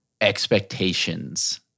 expectations